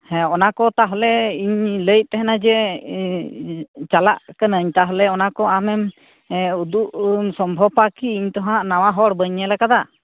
ᱦᱮᱸ ᱚᱱᱟ ᱠᱚ ᱛᱟᱦᱚᱞᱮ ᱤᱧ ᱞᱟᱹᱭᱮᱫ ᱛᱟᱦᱮᱱᱟ ᱡᱮ ᱪᱟᱞᱟᱜ ᱠᱟᱹᱱᱟᱹᱧ ᱛᱟᱦᱚᱞᱟ ᱚᱱᱟ ᱠᱚ ᱟᱢᱮᱢ ᱩᱫᱩᱜ ᱮᱢ ᱥᱚᱵᱷᱚᱵᱟ ᱠᱤ ᱤᱧ ᱛᱚ ᱦᱟᱜ ᱱᱟᱣᱟ ᱦᱚᱲ ᱵᱟᱹᱧ ᱧᱮᱞ ᱟᱠᱟᱫᱟ